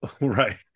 right